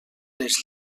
les